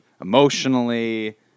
emotionally